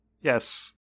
yes